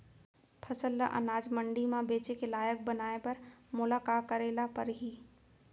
फसल ल अनाज मंडी म बेचे के लायक बनाय बर मोला का करे ल परही?